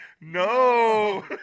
no